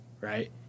right